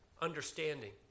understanding